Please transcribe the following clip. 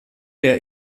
der